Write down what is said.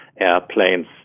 airplanes